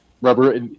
Rubber –